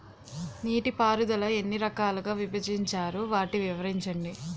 నీటిపారుదల ఎన్ని రకాలుగా విభజించారు? వాటి వివరించండి?